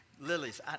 Lilies